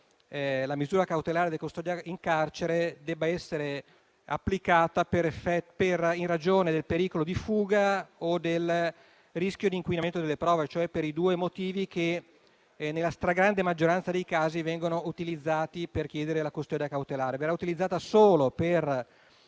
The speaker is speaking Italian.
la misura cautelare della custodia in carcere debba essere applicata in ragione del pericolo di fuga o del rischio di inquinamento delle prove, cioè per i due motivi che, nella stragrande maggioranza dei casi, vengono utilizzati per chiedere la custodia cautelare. Verrà utilizzata solo per